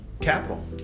capital